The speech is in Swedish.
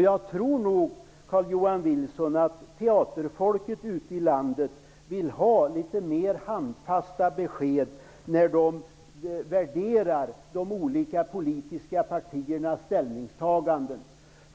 Jag tror nog, Carl-Johan Wilson, att teaterfolket ute i landet vill ha litet mer handfasta besked, när man värderar de olika politiska partiernas ställningstaganden.